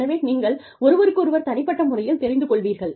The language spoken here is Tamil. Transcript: எனவே நீங்கள் ஒருவருக்கொருவர் தனிப்பட்ட முறையில் தெரிந்து கொள்வீர்கள்